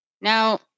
Now